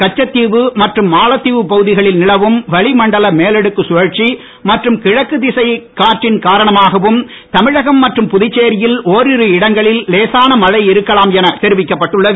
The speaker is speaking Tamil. கச்சத் தீவு மற்றும் மாலத்தீவு பகுதிகளில் நிலவும் வளிமண்டல மேலடுக்கு சுழற்சி மற்றும் கிழக்கு திசைக் காற்றின் காரணமாகவும் தமிழகம் மற்றும் புதுச்சேரியில் ஓரிரு இடங்களில் லேசான மழை இருக்கலாம் என தெரிவிக்கப்பட்டுள்ளது